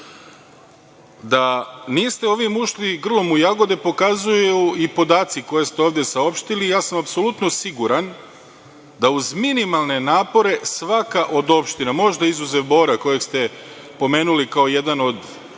niste ovim ušli grlom u jagode pokazuju i podaci koje ste ovde saopštili. Ja sam apsolutno siguran da uz minimalne napore svaka od opština, možda izuzev Bora, kojeg ste pomenuli kao jedan od